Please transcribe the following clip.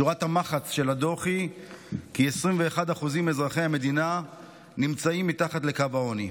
שורת המחץ של הדוח היא כי 21% מאזרחי המדינה נמצאים מתחת לקו העוני.